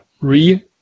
re